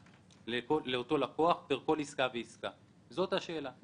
לאותו לקוח פר כל עסקה ועסקה - זאת השאלה.